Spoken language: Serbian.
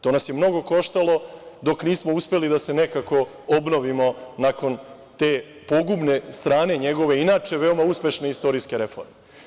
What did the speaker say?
To nas je mnogo koštalo dok nismo uspeli da se nekako obnovimo nakon te pogubne strane njegove inače veoma uspešne istorijske reforme.